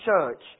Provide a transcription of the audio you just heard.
church